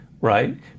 right